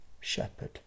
shepherd